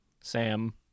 Sam